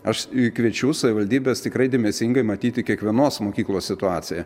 aš kviečiu savivaldybes tikrai dėmesingai matyti kiekvienos mokyklos situaciją